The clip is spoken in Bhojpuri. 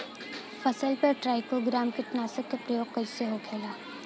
फसल पे ट्राइको ग्राम कीटनाशक के प्रयोग कइसे होखेला?